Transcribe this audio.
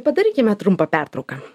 padarykime trumpą pertrauką